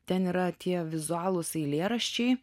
ten yra tie vizualūs eilėraščiai